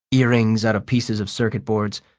earrings out of pieces of circuit boards.